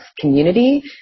community